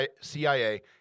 CIA